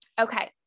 Okay